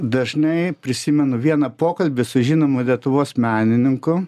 dažnai prisimenu vieną pokalbį su žinomu lietuvos menininku